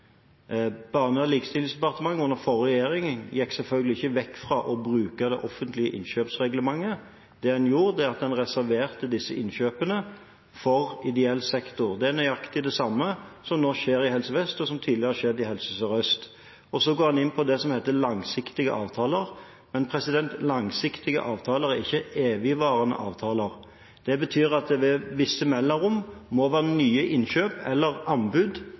Barne- og likestillingsdepartementet under den forrige regjeringen gikk selvfølgelig ikke vekk fra å bruke det offentlige innkjøpsreglementet. Det den gjorde, var at den reserverte disse innkjøpene for ideell sektor. Det er nøyaktig det samme som nå skjer i Helse Vest, og som tidligere har skjedd i Helse Sør-Øst. For det andre går Lysbakken inn på det som heter langsiktige avtaler. Men langsiktige avtaler er ikke evigvarende avtaler. Det betyr at det med visse mellomrom må være nye innkjøp – eller anbud,